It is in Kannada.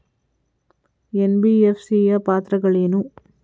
ಎನ್.ಬಿ.ಎಫ್.ಸಿ ಯ ಪಾತ್ರಗಳೇನು?